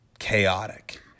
chaotic